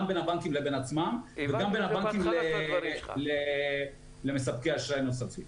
גם בין הבנקים לבין עצמם וגם בין הבנקים למספקי אשראי נוספים.